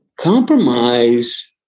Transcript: compromise